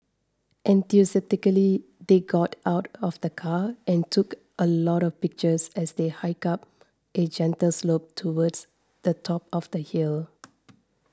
enthusiastically they got out of the car and took a lot of pictures as they hiked up a gentle slope towards the top of the hill